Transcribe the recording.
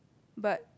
but